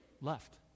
left